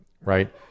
right